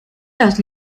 los